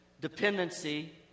dependency